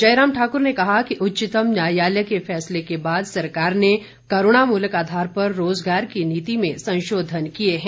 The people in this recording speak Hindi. जयराम ठाकुर ने कहा कि उच्चतम न्यायालय के फैसले के बाद सरकार ने करूणामूलक आधार पर रोजगार की नीति में संशोधन किए गए हैं